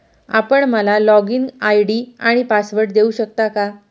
आपण मला login ID आणि पासवर्ड देऊ शकता का?